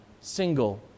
single